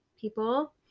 people